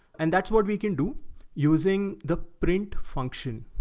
and that's what we can do using the print function.